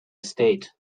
estate